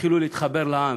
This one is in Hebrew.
ותתחילו להתחבר לעם?